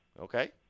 Okay